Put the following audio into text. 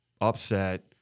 upset